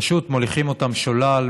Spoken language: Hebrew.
פשוט מוליכים אותם שולל,